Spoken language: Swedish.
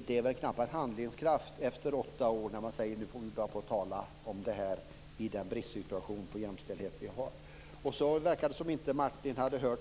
Man visar knappast prov på handlingskraft om man efter åtta år säger att vi måste börja tala om dessa frågor eftersom det råder brist på jämställdhet. Det verkar som om Martin inte lyssnade